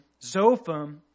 Zophim